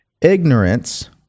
Ignorance